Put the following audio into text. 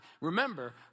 Remember